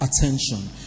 attention